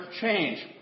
change